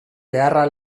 beharra